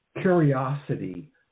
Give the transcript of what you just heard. curiosity